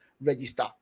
register